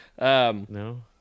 No